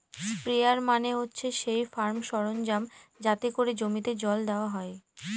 sprayer মানে হচ্ছে সেই ফার্ম সরঞ্জাম যাতে করে জমিতে জল দেওয়া হয়